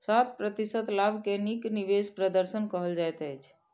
सात प्रतिशत लाभ के नीक निवेश प्रदर्शन कहल जाइत अछि